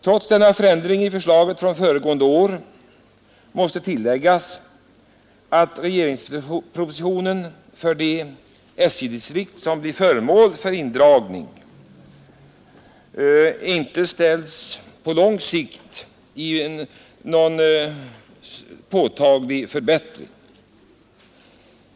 Trots denna förändring i förslaget från föregående år måste tilläggas att regeringspröpositionen för de SJ-distrikt som blir föremål för indragning på lång sikt inte innebär någon påtaglig förbättring.